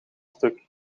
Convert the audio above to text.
stuk